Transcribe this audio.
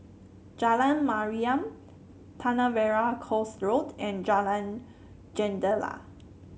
Jalan Mariam Tanah Merah Coast Road and Jalan Jendela